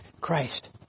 Christ